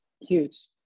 Huge